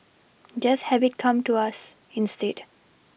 just have it come to us instead